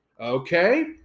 Okay